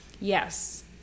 Yes